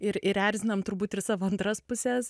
ir ir erzinam turbūt ir savo antras puses